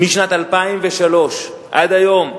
משנת 2003 עד היום,